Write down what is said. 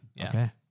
Okay